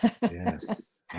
yes